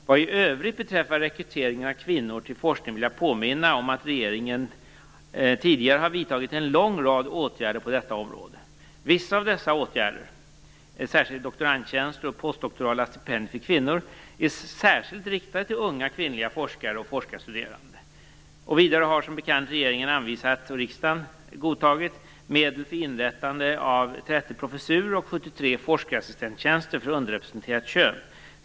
Vad i övrigt beträffar rekrytering av kvinnor till forskning vill jag påminna om att regeringen tidigare har vidtagit en lång rad åtgärder på detta område. Vissa av dessa åtgärder, särskilt doktorandtjänster och postdoktorala stipendier för kvinnor, är särskilt riktade till unga kvinnliga forskare och forskarstuderande. Vidare har som bekant regeringen anvisat och riksdagen godtagit medel för inrättande av 30 professurer och 73 forskarassistenttjänster för underrepresenterat kön.